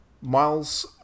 Miles